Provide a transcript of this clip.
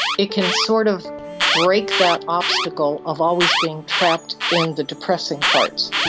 it can sort of break that obstacle of always being trapped in the depressing parts.